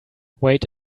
wait